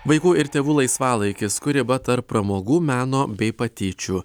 vaikų ir tėvų laisvalaikis kur riba tarp pramogų meno bei patyčių